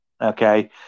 Okay